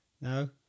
No